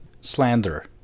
slander